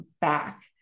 back